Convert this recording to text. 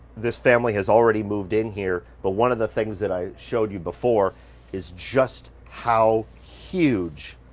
this family has already moved in here. but one of the things that i showed you before is just how huge